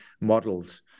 models